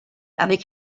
avec